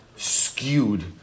Skewed